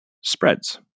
spreads